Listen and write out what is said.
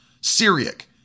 Syriac